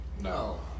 No